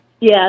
Yes